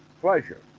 pleasure